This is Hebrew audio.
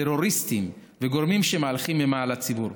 טרוריסטים וגורמים שמהלכים אימה על הציבור.